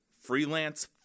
freelance